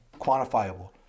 quantifiable